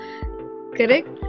Correct